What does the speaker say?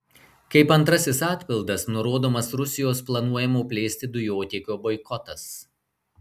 kaip antrasis atpildas nurodomas rusijos planuojamo plėsti dujotiekio boikotas